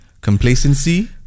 complacency